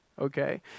okay